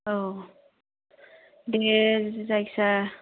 औ दे जायखिया